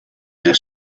their